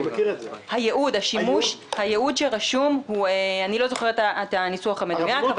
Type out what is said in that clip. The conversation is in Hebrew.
הייעוד שרשום אני לא זוכרת את הניסוח המדויק.